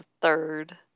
third